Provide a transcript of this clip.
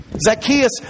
Zacchaeus